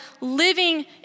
living